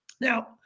Now